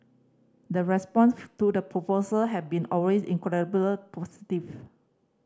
the response to the proposal have been always incredibly positive